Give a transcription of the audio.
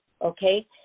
Okay